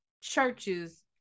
churches